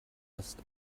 ast